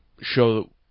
show